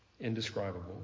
Indescribable